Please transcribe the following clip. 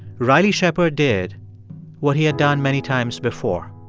riley shepard did what he had done many times before.